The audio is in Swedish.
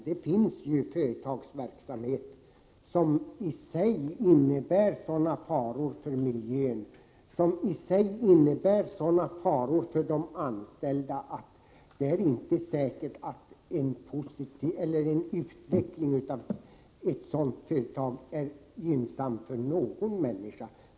Det finns företag vilkas verksamhet i sig innebär sådana faror för miljön och för de anställda att det inte är säkert att en utveckling av sådana företag är gynnsam för någon människa.